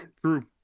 True